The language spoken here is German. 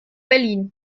berlin